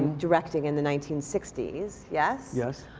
directing in the nineteen sixty s. yes? yes.